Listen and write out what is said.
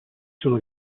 sono